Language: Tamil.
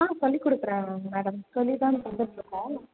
ஆ சொல்லி கொடுக்கறேன் மேடம் சொல்லி தாங்க கொடுத்துட்ருக்கோம்